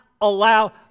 allow